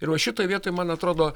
ir va šitoj vietoj man atrodo